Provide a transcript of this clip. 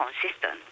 consistent